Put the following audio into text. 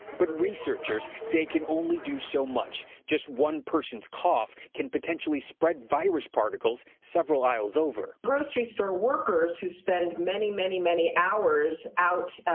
but researchers say it can only do so much. just one person's cough can potentially spread virus particles several aisles over. grocery store workers, who spend many, many, many hours out,